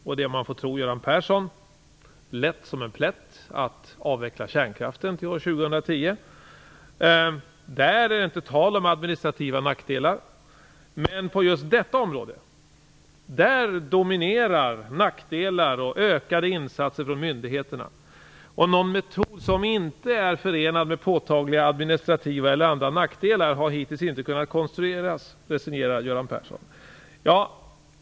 Det är, om man får tro Göran Persson, lätt som en plätt att avveckla kärnkraften till år 2010. Där är det inte tal om administrativa nackdelar! Men på just detta område dominerar nackdelar och ökade insatser från myndigheterna. Någon metod som inte är förenad med påtagliga administrativa eller andra nackdelar har hittills inte kunnat konstrueras - Göran Persson resignerar.